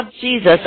Jesus